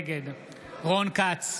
נגד רון כץ,